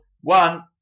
One